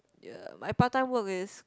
uh my part time work is